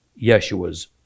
Yeshua's